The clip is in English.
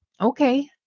Okay